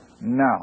now